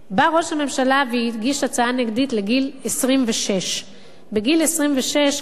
בא ראש הממשלה והגיש הצעה נגדית לגיל 26. בגיל 26 כבר